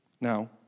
Now